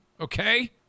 Okay